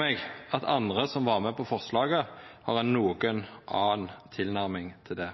meg at andre som var med på forslaget, har ei noko anna tilnærming til det.